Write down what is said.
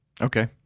Okay